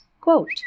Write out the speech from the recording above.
quote